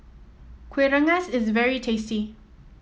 Kuih Rengas is very tasty